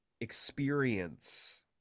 experience